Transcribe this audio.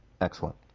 Excellent